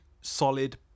solid